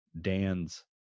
Dan's